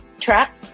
track